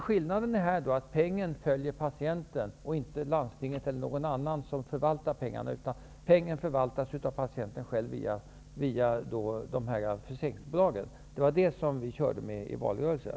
Skillnaden är att pengen följer patienten och inte landstinget eller någon annan som förvaltar pengarna, utan pengen förvaltas av patienten själv via försäkringsbolagen. Det var detta som vi talade om i valrörelsen.